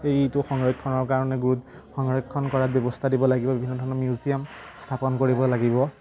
এইটো সংৰক্ষণৰ কাৰণে গোট সংৰক্ষণ কৰাৰ ব্যৱস্থা দিব লাগিব বিভিন্ন ধৰণৰ মিউজিয়াম স্থাপন কৰিব লাগিব